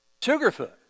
Sugarfoot